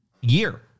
year